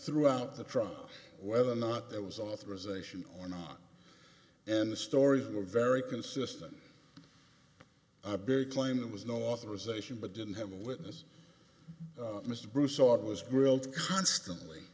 throughout the trial whether or not there was authorization or not and the stories were very consistent a big claim there was no authorization but didn't have a witness mr bruce saw it was grilled constantly